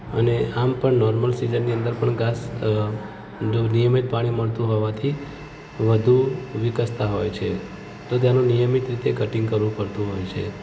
અને આમ પણ નોર્મલ સીઝનની અંદર પણ ઘાસ જો નિયમિત પાણી મળતું હોવાથી વધુ વિકસતા હોય છે તો તેનું નિયમિત રીતે કટિંગ કરવું પડતું હોય છે